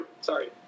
Sorry